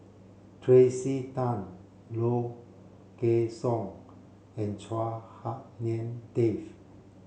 Tracey Tan Low Kway Song and Chua Hak Lien Dave